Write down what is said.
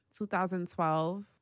2012